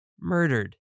murdered